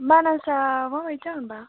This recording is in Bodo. मानासा माबायदि जागोनबा